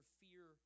fear